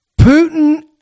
Putin